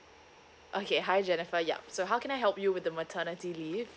okay hi jennifer yup so how can I help you with the maternity leave